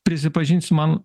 prisipažinsiu man